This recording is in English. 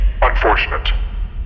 Unfortunate